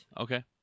Okay